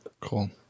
Cool